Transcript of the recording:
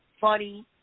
funny